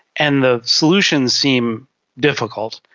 and the solutions seem difficult,